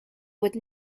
with